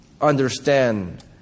understand